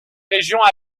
régions